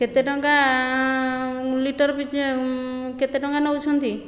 କେତେ ଟଙ୍କା ଲିଟର କେତେ ଟଙ୍କା ନେଉଛନ୍ତି